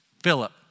Philip